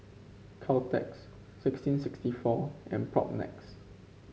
Caltex sixteen sixty four and Propnex